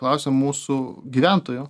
klausėm mūsų gyventojų